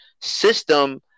system